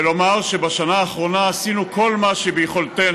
ולומר שבשנה האחרונה עשינו כל מה שביכולתנו